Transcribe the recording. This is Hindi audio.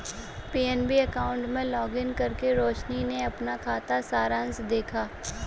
पी.एन.बी अकाउंट में लॉगिन करके रोशनी ने अपना खाता सारांश देखा